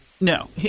No